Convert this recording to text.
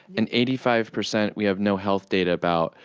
and eighty five percent we have no health data about.